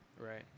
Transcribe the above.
Right